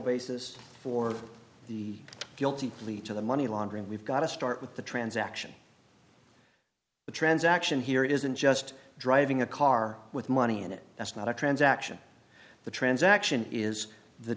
basis for the guilty plea to the money laundering we've got to start with the transaction the transaction here isn't just driving a car with money in it that's not a transaction the transaction is the